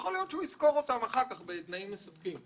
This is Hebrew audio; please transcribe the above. כאשר יכול להיות שהוא ישכור אותם אחר כך בתנאים מספקים.